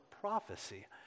prophecy